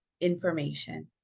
information